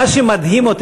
מה שמדהים אותי,